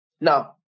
Now